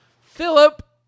Philip